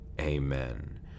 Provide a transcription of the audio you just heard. Amen